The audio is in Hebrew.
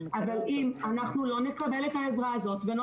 אבל אם אנחנו לא נקבל את העזרה הזאת ולא